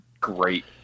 great